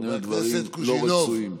שני הדברים לא רצויים.